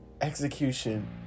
execution